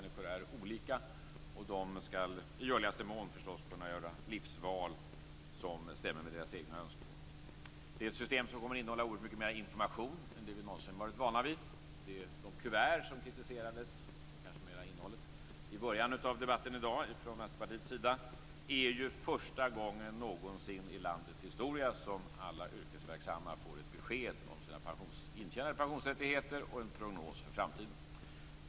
Människor är olika, och de skall förstås i görligaste mån förstås kunna göra livsval som stämmer med deras egna önskemål. Det är också ett system som kommer att innehålla oerhört mycket mera information än vad vi någonsin har varit vana vid. De kuvert vars innehåll kritiserades i början av debatten i dag från Vänsterpartiets sida ger ju för första gången någonsin i landets historia alla yrkesverksamma ett besked om deras intjänade pensionsrättigheter och en prognos för framtiden.